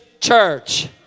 church